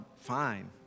fine